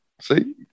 See